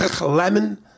lemon